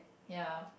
ya